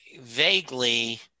vaguely